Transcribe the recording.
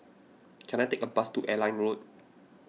can I take a bus to Airline Road